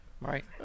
Right